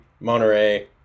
Monterey